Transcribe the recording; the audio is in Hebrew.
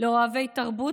לאוהבי תרבות,